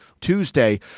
Tuesday